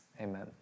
Amen